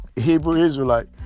Hebrew-Israelite